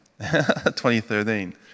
2013